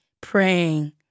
praying